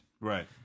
Right